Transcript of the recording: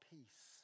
Peace